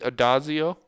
Adazio